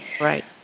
Right